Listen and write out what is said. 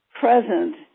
present